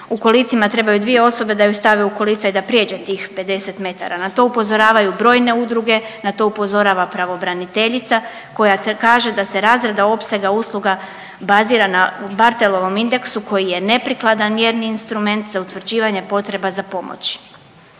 kolicima trebaju dvije osobe da je stave u kolica i da prijeđe tih 50 metara. Na to upozoravaju brojne udruge, na to upozorava pravobraniteljica koja kaže da se razrada opsega usluga bazira na Bartelovom indeksu koji je neprikladan mjerni instrument za utvrđivanje potreba za pomoći.